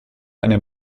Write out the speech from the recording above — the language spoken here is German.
einer